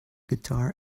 guitar